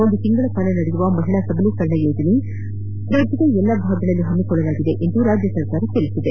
ಒಂದು ತಿಂಗಳ ಕಾಲ ನಡೆಯುವ ಮಹಿಳಾ ಸಬಲೀಕರಣ ಯೋಜನೆ ರಾಜ್ದದ ಎಲ್ಲ ಭಾಗಗಳಲ್ಲಿ ಹಮ್ಮಿಕೊಳ್ಳಲಾಗಿದೆ ಎಂದು ರಾಜ್ಯ ಸರ್ಕಾರ ತಿಳಿಸಿದೆ